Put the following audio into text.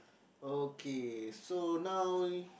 okay so now